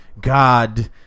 god